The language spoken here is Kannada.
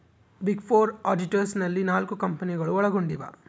ಬಿಗ್ ಫೋರ್ ಆಡಿಟರ್ಸ್ ನಲ್ಲಿ ನಾಲ್ಕು ಕಂಪನಿಗಳು ಒಳಗೊಂಡಿವ